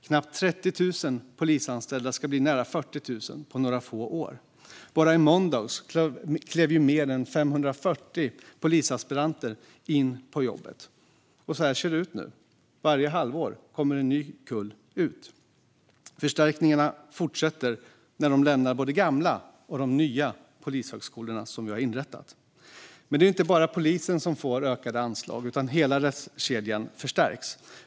Knappt 30 000 polisanställda ska bli nära 40 000 på några få år. Bara i måndags klev mer än 540 polisaspiranter in på jobbet. Så här ser det ut nu. Varje halvår kommer en ny kull ut. Förstärkningarna fortsätter när de lämnar både gamla polishögskolor och de nya som vi har inrättat. Men det är inte bara polisen som får ökade anslag. Hela rättskedjan förstärks.